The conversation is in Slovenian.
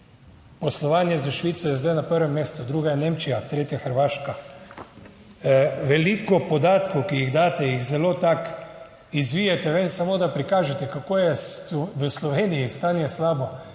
Poslovanje s Švico je zdaj na prvem mestu, druga je Nemčija, tretja Hrvaška. Veliko podatkov, ki jih daste, jih zelo tako izvijete ven, samo da prikažete, kako je v Sloveniji stanje slabo,